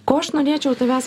ko aš norėčiau tavęs